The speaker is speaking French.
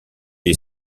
est